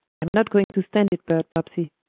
i'm not going to stand it, bert bobbsey.